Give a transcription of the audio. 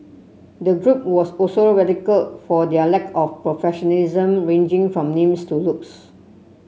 the group was also ridiculed for their lack of professionalism ranging from names to looks